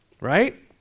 right